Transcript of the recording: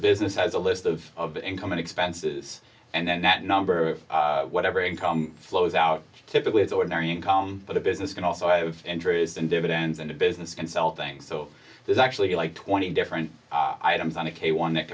business has a list of income and expenses and then that number of whatever income flows out typically it's ordinary income but a business can also have interest and dividends and a business consulting so there's actually like twenty different items on a k one that